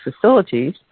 facilities